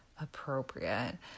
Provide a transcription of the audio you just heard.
appropriate